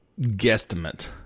guesstimate